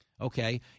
okay